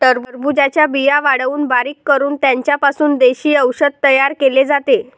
टरबूजाच्या बिया वाळवून बारीक करून त्यांचा पासून देशी औषध तयार केले जाते